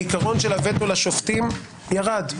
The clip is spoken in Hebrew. העיקרון של הוטו לשופטים ירד,